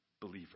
Believer